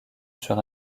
sur